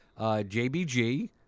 JBG